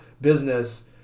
business